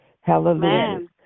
Hallelujah